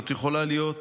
זאת יכולה להיות